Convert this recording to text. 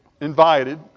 invited